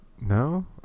No